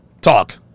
talk